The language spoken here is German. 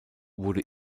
wurde